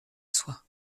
soit